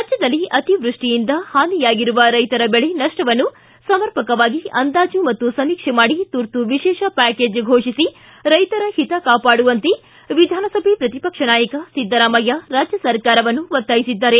ರಾಜ್ಯದಲ್ಲಿ ಅತಿವೃಷ್ಟಿಯಿಂದ ಹಾನಿಯಾಗಿರುವ ರೈತರ ಬೆಳೆ ನಷ್ಟವನ್ನು ಸಮರ್ಪಕವಾಗಿ ಅಂದಾಜು ಮತ್ತು ಸಮೀಕ್ಷೆ ಮಾಡಿ ತುರ್ತು ವಿಶೇಷ ಪ್ಯಾಕೇಜ್ ಘೋಷಿಸಿ ರೈತರ ಹಿತ ಕಾಪಾಡುವಂತೆ ವಿಧಾನಸಭೆ ಪ್ರತಿಪಕ್ಷ ನಾಯಕ ಸಿದ್ದರಾಮಯ್ಯ ರಾಜ್ಯ ಸರ್ಕಾರವನ್ನು ಒತ್ತಾಯಿಸಿದ್ದಾರೆ